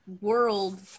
world